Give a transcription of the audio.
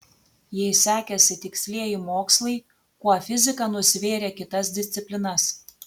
jei sekėsi tikslieji mokslai kuo fizika nusvėrė kitas disciplinas